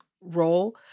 Role